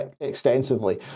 extensively